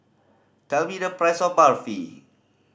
tell me the price of Barfi